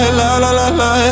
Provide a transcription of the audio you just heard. la-la-la-la